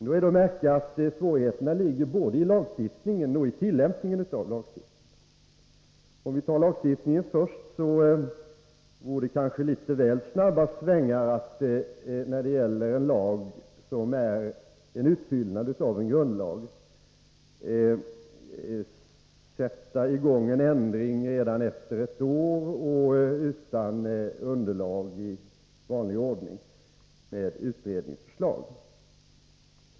Nu är det att märka att svårigheterna ligger både i lagstiftningen och i tillämpningen av lagstiftningen. Om vi tar lagstiftningen först, vore det kanske litet väl snabba svängar att, när det gäller en lag som är en utfyllnad av en grundlag, genomföra en förändring redan efter ett år, utan underlag av utredningsförslag i vanlig ordning.